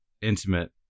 intimate